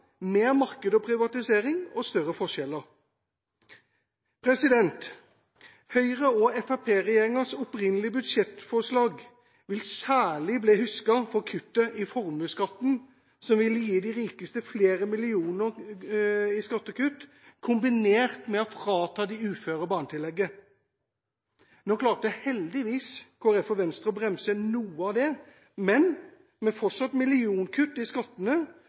mer marked og privatisering og større forskjeller. Høyre–Fremskrittsparti-regjeringas opprinnelige budsjettforslag vil særlig bli husket for kuttet i formuesskatten som vil gi de rikeste flere millioner i skattekutt, kombinert med å frata de uføre barnetillegget. Nå klarte heldigvis Kristelig Folkeparti og Venstre å bremse noe av det, men med fortsatt millionkutt i skattene